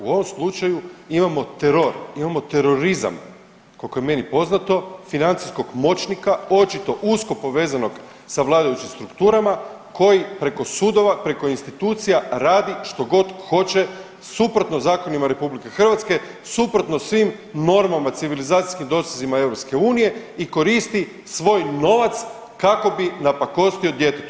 U ovom slučaju imamo teror, imamo terorizam koliko je meni poznato financijskog moćnika očito usko povezanog sa vladajućim strukturama koji preko sudova, preko institucija radi što god hoće suprotno zakonima RH, suprotno svim normama civilizacijskim dosezima EU i koristi svoj novac kako bi napakostio djetetu.